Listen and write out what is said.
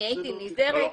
הייתי נזהרת.